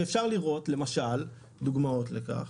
ואפשר לראות למשל דוגמאות לכך,